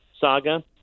saga